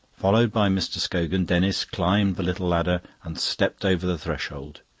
followed by mr. scogan, denis climbed the little ladder and stepped over the threshold.